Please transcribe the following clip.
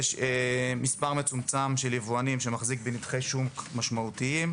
יש מספר מצומצם של יבואנים שמחזיק בנתחי שוק משמעותיים,